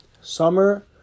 Summer